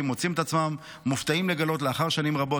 מוצאים את עצמם מופתעים לגלות לאחר שנים רבות,